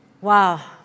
Wow